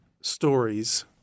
stories